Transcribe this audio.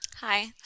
Hi